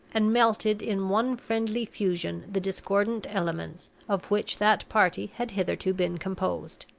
and melted in one friendly fusion the discordant elements of which that party had hitherto been composed.